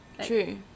true